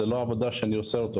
זו לא העבודה שאני עושה אותה,